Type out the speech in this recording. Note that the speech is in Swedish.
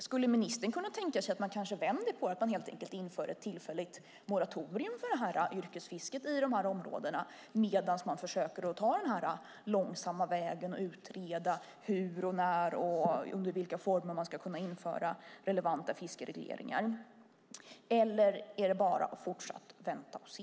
Skulle ministern kunna tänka sig att vända på det och helt enkelt införa ett tillfälligt moratorium för yrkesfisket i de skyddade områdena medan man försöker ta den långsamma vägen och utreda hur, när och under vilka former man ska kunna införa relevanta fiskeregleringar? Eller är det bara att fortsatt vänta och se?